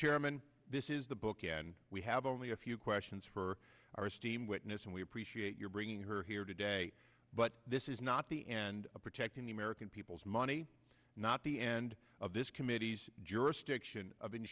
chairman this is the book and we have only a few questions for our steam witness and we appreciate your bringing her here today but this is not the end of protecting the american people's money not the end of this committee's jurisdiction